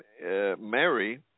Mary